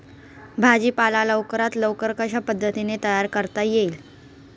भाजी पाला लवकरात लवकर कशा पद्धतीने तयार करता येईल?